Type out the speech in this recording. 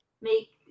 make